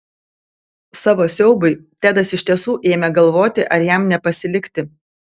savo siaubui tedas iš tiesų ėmė galvoti ar jam nepasilikti